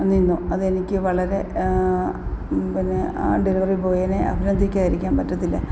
നിന്നു അതെനിക്ക് വളരെ പിന്നെ ആ ഡെലിവറി ബോയ്നെ അഭിനന്ദിക്കാതിരിക്കാൻ പറ്റത്തില്ല